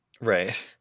right